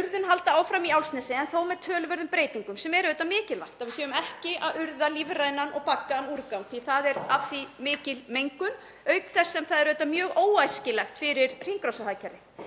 urðun halda áfram í Álfsnesi en þó með töluverðum breytingum. Það er auðvitað mikilvægt að við séum ekki að urða lífrænan og baggaðan úrgang því að af því er mikil mengun, auk þess sem það er auðvitað mjög óæskilegt fyrir hringrásarhagkerfið.